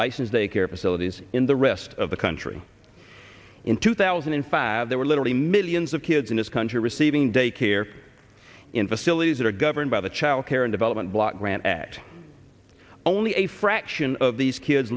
license they care facilities in the rest of the country in two thousand and five there were literally millions of kids in this country receiving day care into sillies that are governed by the child care and development block grant act only a fraction of these kids